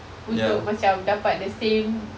untuk macam dapat the same